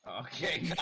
Okay